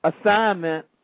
assignment